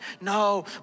No